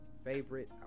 favorite